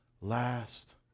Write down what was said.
last